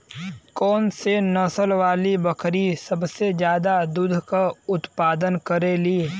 कौन से नसल वाली बकरी सबसे ज्यादा दूध क उतपादन करेली?